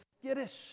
skittish